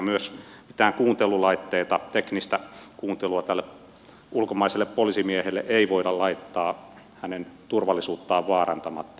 myös mitään kuuntelulaitteita teknistä kuuntelua tälle ulkomaiselle poliisimiehelle ei voida laittaa hänen turvallisuuttaan vaarantamatta